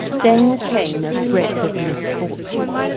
then came a break of misfortune.